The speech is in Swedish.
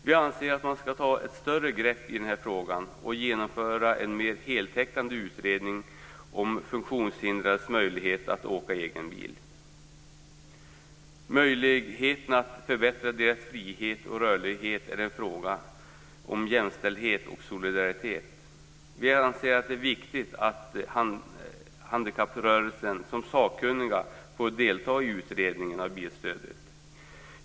Vi anser att man bör ta ett större grepp i den här frågan och genomföra en mer heltäckande utredning om funktionshindrades möjligheter att åka med egen bil. Möjligheten att förbättra deras frihet och rörlighet är en fråga om jämställdhet och solidaritet. Vi anser att det är viktigt att företrädare för handikapprörelsen som sakkunniga får delta i utredningen om bilstödet.